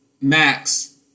max